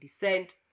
descent